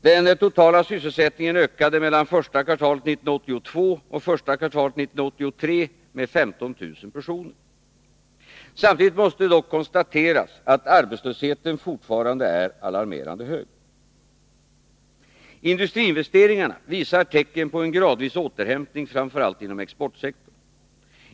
Den totala sysselsättningen ökade mellan första kvartalet 1982 och första kvartalet 1983 med 15 000 personer. Samtidigt måste dock konstateras att arbetslösheten fortfarande är alarmerande hög. Industriinvesteringarna visar tecken på en gradvis återhämtning, framför allt inom exportsektorn.